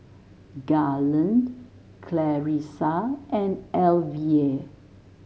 Garland Clarissa and Alvia